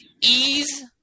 ease